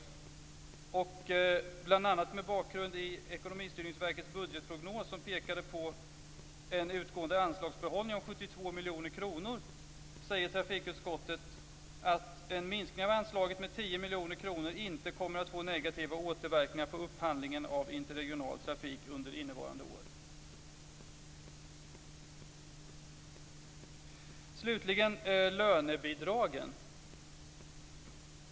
Trafikutskottet säger bl.a. mot bakgrund av Ekonomistyrningsverkets budgetprognos, som pekade på en utgående anslagsbehållning om 72 miljoner kronor, att en minskning av anslaget med 10 miljoner kronor inte kommer att få negativa återverkningar på upphandlingen av interregional trafik under innevarande år. Slutligen vill jag ta upp lönebidragen.